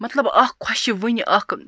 مَطلَب اکھ خۄشیِوٕنۍ اکھ